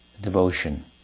devotion